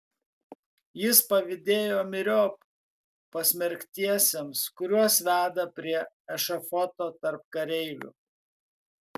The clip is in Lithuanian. jis pavydėjo myriop pasmerktiesiems kuriuos veda prie ešafoto tarp kareivių